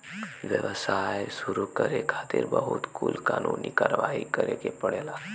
व्यवसाय शुरू करे खातिर बहुत कुल कानूनी कारवाही करे के पड़ेला